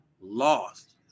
Lost